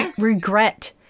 regret